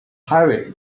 highway